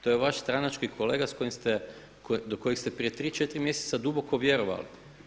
To je vaš stranački kolega s kojim ste, do kojeg ste prije tri, četiri mjeseca duboko vjerovali.